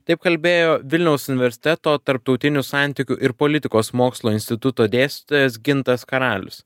taip kalbėjo vilniaus universiteto tarptautinių santykių ir politikos mokslo instituto dėstytojas gintas karalius